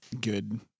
good